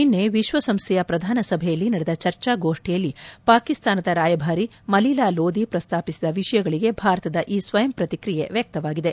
ನಿನ್ನೆ ವಿಶ್ವಸಂಸ್ಥೆಯ ಪ್ರಧಾನ ಸಭೆಯಲ್ಲಿ ನಡೆದ ಚರ್ಚಾ ಗೋಷ್ಣಿಯಲ್ಲಿ ಪಾಕಿಸ್ತಾನದ ರಾಯಭಾರಿ ಮಲೀಲಾ ಲೋದಿ ಪ್ರಸ್ತಾಪಿಸಿದ ವಿಷಯಗಳಿಗೆ ಭಾರತದ ಈ ಸ್ವಯಂ ಪ್ರತಿಕ್ರಿಯೆ ವ್ಯಕ್ತವಾಗಿದೆ